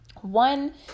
One